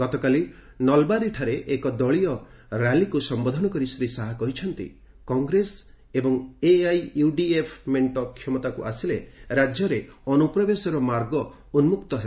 ଗତକାଲି ନଲ୍ବାରୀଠାରେ ଏକ ଦଳୀୟ ରାଲିକୁ ସମ୍ଘୋଧିତ କରି ଶ୍ରୀ ଶାହା କହିଛନ୍ତି କଂଗ୍ରେସ ଏବଂ ଏଆଇୟୁଡିଏଫ୍ ମେଣ୍ଟ କ୍ଷମତାକୁ ଆସିଲେ ରାଜ୍ୟରେ ଅନ୍ତ୍ରପ୍ରବେଶର ମାର୍ଗ ଉନୁକ୍ତ ହେବ